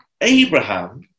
Abraham